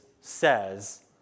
says